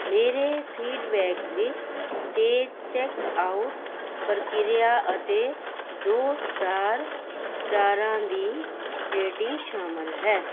ਮੇਰੇ ਫੀਡਬੈਕ ਵਿੱਚ ਤੇਜ਼ ਚੈੱਕਆਊਟ ਪ੍ਰਕਿਰਿਆ ਅਤੇ ਦੋ ਸਟਾਰ ਸਟਾਰਾਂ ਦੀ ਰੇਟਿੰਗ ਸ਼ਾਮਲ ਹੈ